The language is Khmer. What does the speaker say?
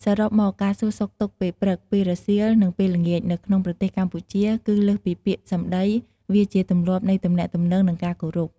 សរុបមក ការសួរសុខទុក្ខពេលព្រឹក ពេលរសៀល និងពេលល្ងាចនៅក្នុងប្រទេសកម្ពុជា គឺលើសពីពាក្យសម្ដី វាជាទម្លាប់នៃទំនាក់ទំនង និងការគោរព។